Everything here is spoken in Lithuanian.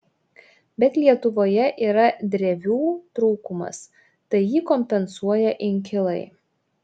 bet lietuvoje yra drevių trūkumas tai jį kompensuoja inkilai